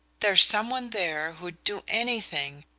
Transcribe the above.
there's some one there who'd do anything.